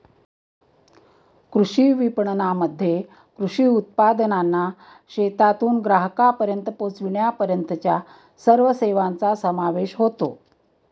कृषी विपणनामध्ये कृषी उत्पादनांना शेतातून ग्राहकांपर्यंत पोचविण्यापर्यंतच्या सर्व सेवांचा समावेश होतो